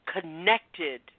connected